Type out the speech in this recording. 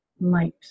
light